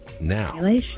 now